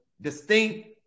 distinct